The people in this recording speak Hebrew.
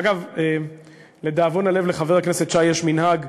אגב, לדאבון הלב, לחבר הכנסת שי יש מנהג,